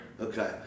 Okay